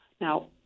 Now